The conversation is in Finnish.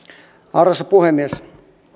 arvoisa puhemies